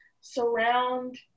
surround